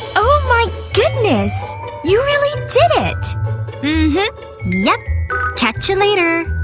oh my goodness you really did it yep catch you later